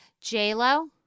J-Lo